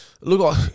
look